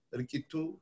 rikitu